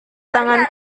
tangan